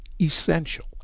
essential